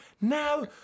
now